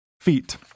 feet